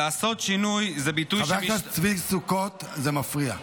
חבר הכנסת צבי סוכות, זה מפריע.